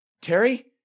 Terry